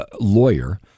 Lawyer